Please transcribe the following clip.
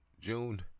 June